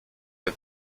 der